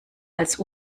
als